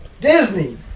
disney